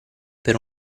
per